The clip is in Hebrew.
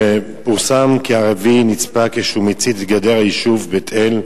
פורסם כי ערבי נצפה כשהוא מצית את גדר היישוב בית-אל.